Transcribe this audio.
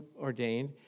ordained